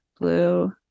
blue